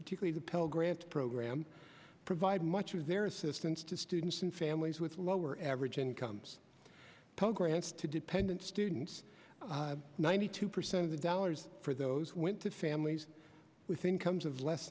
particularly the pell grant program provide much of their assistance to students and families with lower average incomes pell grants to dependent students ninety two percent of the dollars for those went to families with incomes of less